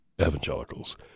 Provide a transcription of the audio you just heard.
evangelicals